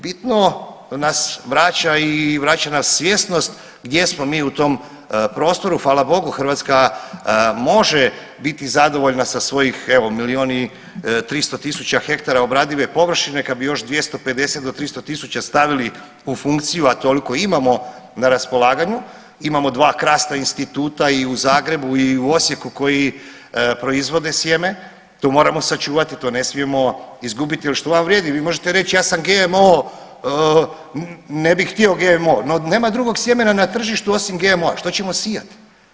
Bitno nas vraća i vraća nas svjesnost gdje smo mi u tom prostoru, hvala Bogu Hrvatska može biti zadovoljna sa svojih evo milijun i 300 tisuća hektara obradive površine, kad bi još 250 do 300 tisuća stavili u funkciju, a toliko imamo na raspolaganju, imamo dva krasna instituta i u Zagrebu i u Osijeku koji proizvode sjeme, to moramo sačuvati, to ne smijemo izgubiti jel što vam vrijedi vi možete reć ja sam GMO ne bih htio GMO, no nema drugog sjemena na tržištu osim GMO-a, što ćemo sijat?